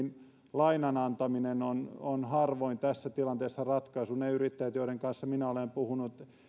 lainan antaminen on on harvoin tässä tilanteessa ratkaisu ne yrittäjät joiden kanssa minä olen puhunut